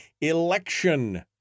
Election